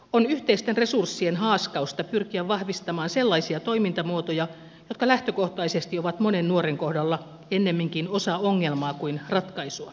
on yhteisten resurssien haaskausta pyrkiä vahvistamaan sellaisia toimintamuotoja jotka lähtökohtaisesti ovat monen nuoren kohdalla ennemminkin osa ongelmaa kuin ratkaisua